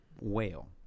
whale